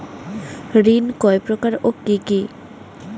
ঋণ কয় প্রকার ও কি কি?